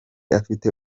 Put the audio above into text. afite